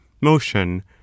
motion